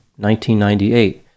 1998